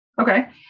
Okay